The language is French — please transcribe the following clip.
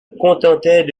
contentait